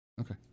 okay